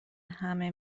همه